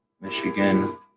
Michigan